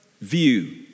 view